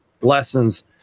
lessons